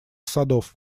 садов